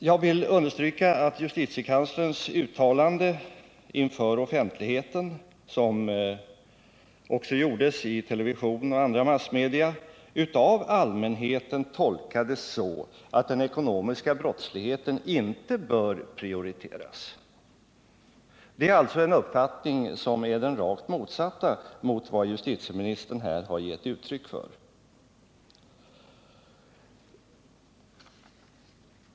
Jag vill understryka att justitiekanslerns uttalande inför offentligheten, som har återgivits i televisionen och andra massmedia, av allmänheten tolkades så, att den ekonomiska brottsligheten inte bör prioriteras. Det är alltså en uppfattning som är den rakt motsatta mot den som justitieministern här har givit uttryck för.